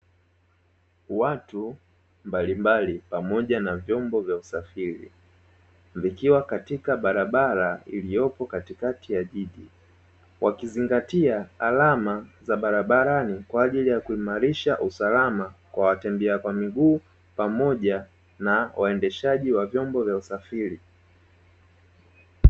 Watu mbalimbali pamoja na vyombo vya usafiri, vikiwa katikati ya barabara iliyopo katikati ya jiji, wakizingatia alama za barabarani kwa ajili ya kuimarisha usalama kwa watembea kwa miguu, pamoja na waendeshaji wa vyombo vya usafiri.